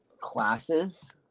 classes